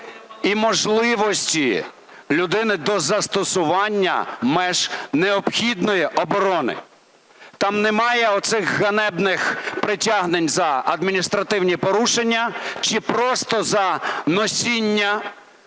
і можливості людини до застосування меж необхідної оборони. Там немає оцих ганебних притягнень за адміністративні порушення чи просто за носіння,